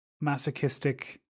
masochistic